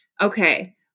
Okay